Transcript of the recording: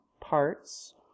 parts